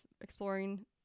exploring